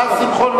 השר שמחון,